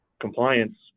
compliance